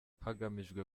hagamijwe